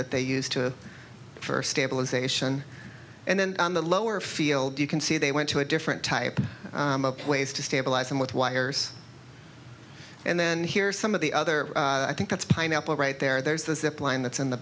that they used to for stabilization and then on the lower field you can see they went to a different type of ways to stabilize them with wires and then here's some of the other i think that's pineapple right there there's the zip line that's in the